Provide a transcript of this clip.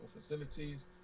facilities